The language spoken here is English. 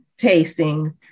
tastings